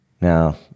now